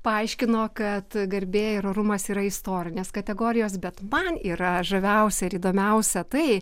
paaiškino kad garbė ir orumas yra istorinės kategorijos bet man yra žaviausia ir įdomiausia tai